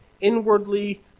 inwardly